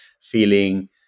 feeling